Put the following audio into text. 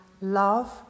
love